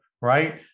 Right